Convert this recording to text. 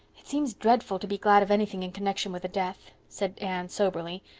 it seems dreadful to be glad of anything in connection with a death, said anne soberly.